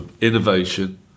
innovation